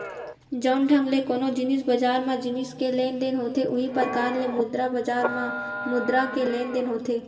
जउन ढंग ले कोनो जिनिस बजार म जिनिस के लेन देन होथे उहीं परकार ले मुद्रा बजार म मुद्रा के लेन देन होथे